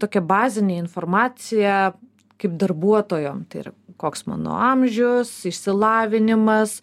tokia bazinė informacija kaip darbuotojo tai yra koks mano amžius išsilavinimas